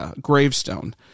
gravestone